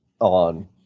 on